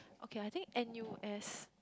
okay I think N_U_S